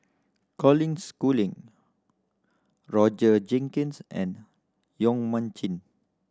Colin Schooling Roger Jenkins and Yong Mun Chee